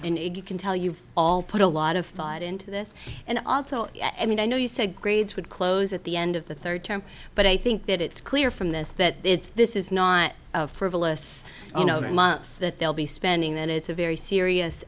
and can tell you all put a lot of thought into this and also i mean i know you said grades would close at the end of the third term but i think that it's clear from this that it's this is not a frivolous that they'll be spending that it's a very serious